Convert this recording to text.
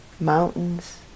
mountains